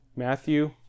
Matthew